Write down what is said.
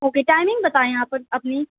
okay timing بتائیں آپ اپنی